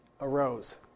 arose